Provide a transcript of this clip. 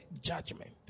judgment